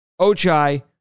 Ochai